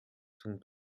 zum